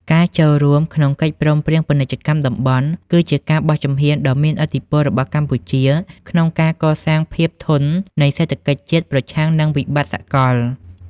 ការចូលរួមក្នុងកិច្ចព្រមព្រៀងពាណិជ្ជកម្មតំបន់ គឺជាការបោះជំហានដ៏មានឥទ្ធិពលរបស់កម្ពុជា ក្នុងការកសាងភាពធន់នៃសេដ្ឋកិច្ចជាតិប្រឆាំងនឹងវិបត្តិសកល។